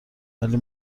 ولی